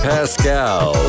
Pascal